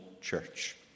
church